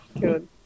Good